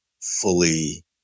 fully